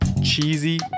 cheesy